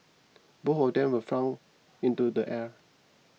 both of them were flung into the air